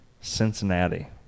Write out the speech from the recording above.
Cincinnati